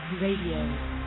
Radio